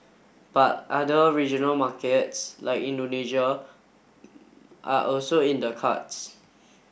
but other regional markets like Indonesia are also in the cards